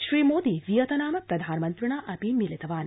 श्रीमोदी Vietnam प्रधानमन्त्रिणा अपि मिलितवान्